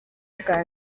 bwa